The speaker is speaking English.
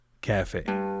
Cafe